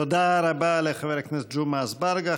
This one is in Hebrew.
תודה רבה לחבר הכנסת ג'מעה אזברגה.